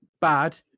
bad